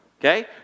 Okay